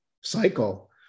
cycle